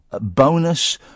bonus